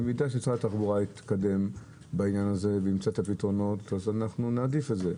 אם משרד התחבורה יתקדם בעניין וימצא פתרונות נעדיף את זה.